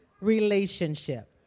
relationship